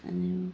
आनी